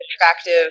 attractive